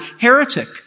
heretic